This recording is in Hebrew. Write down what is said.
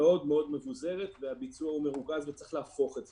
אז למה אתם לא מאפשרים לו לעשות את זה?